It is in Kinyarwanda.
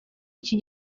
iki